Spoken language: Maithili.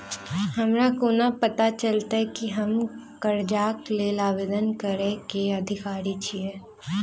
हमरा कोना पता चलतै की हम करजाक लेल आवेदन करै केँ अधिकारी छियै?